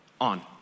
on